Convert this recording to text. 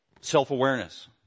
Self-awareness